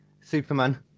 Superman